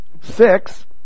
Six